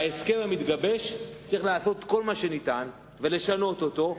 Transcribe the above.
בהסכם המתגבש צריך לעשות כל מה שניתן ולשנות אותו,